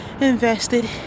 invested